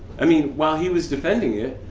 i mean, while he was defending it,